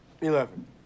Eleven